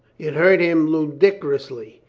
it hurt him ludicrously.